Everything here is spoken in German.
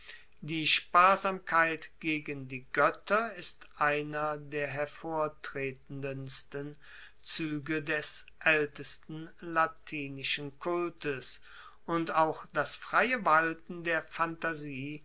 die sparsamkeit gegen die goetter ist einer der hervortretendsten zuege des aeltesten latinischen kultes und auch das freie walten der phantasie